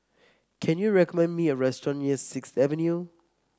can you recommend me a restaurant near Sixth Avenue